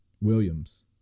Williams